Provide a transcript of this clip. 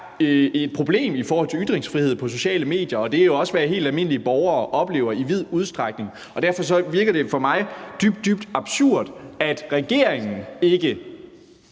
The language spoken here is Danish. et problem i forhold til ytringsfrihed på sociale medier. Og det er jo også, hvad helt almindelige borgere oplever i vid udstrækning. Derfor virker det for mig dybt, dybt absurd, at regeringen ikke